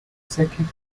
executive